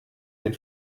den